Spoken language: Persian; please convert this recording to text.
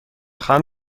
خواهم